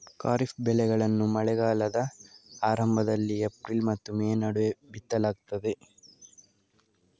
ಖಾರಿಫ್ ಬೆಳೆಗಳನ್ನು ಮಳೆಗಾಲದ ಆರಂಭದಲ್ಲಿ ಏಪ್ರಿಲ್ ಮತ್ತು ಮೇ ನಡುವೆ ಬಿತ್ತಲಾಗ್ತದೆ